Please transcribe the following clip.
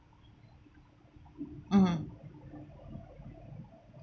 mm